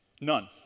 None